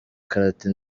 karate